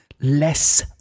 less